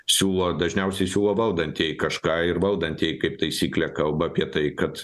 siūlo dažniausiai siūlo valdantieji kažką ir valdantieji kaip taisyklė kalba apie tai kad